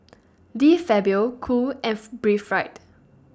De Fabio Cool F Breathe Right